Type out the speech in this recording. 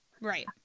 Right